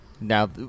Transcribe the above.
now